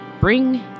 bring